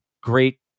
great